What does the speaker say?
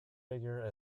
figure